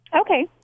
Okay